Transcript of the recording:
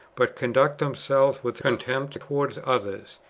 but conduct themselves with contempt towards others,